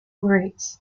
routes